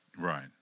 Right